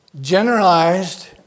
Generalized